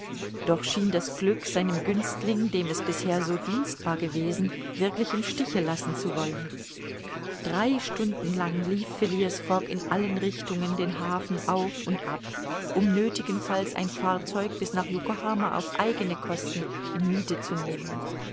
doch schien das glück seinem günstling dem es bisher so dienstbar gewesen wirklich im stiche lassen zu wollen drei stunden lang lief phileas fogg in allen richtungen den hafen auf und ab um nöthigenfalls ein fahrzeug bis nach yokohama auf eigene kosten in miethe zu nehmen